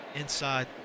inside